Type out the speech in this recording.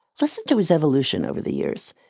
listen to his evolution over the years.